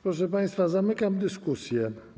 Proszę państwa, zamykam dyskusję.